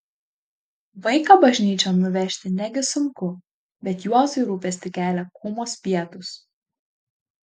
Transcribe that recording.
vaiką bažnyčion nuvežti negi sunku bet juozui rūpestį kelia kūmos pietūs